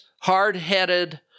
hard-headed